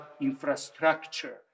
infrastructure